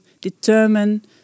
determine